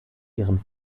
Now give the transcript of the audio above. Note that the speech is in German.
ihren